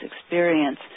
experience